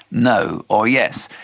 no. or yes.